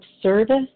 service